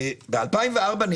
ב-2004,